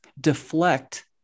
deflect